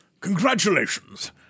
Congratulations